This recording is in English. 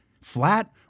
flat